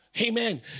Amen